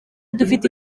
dufite